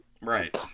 Right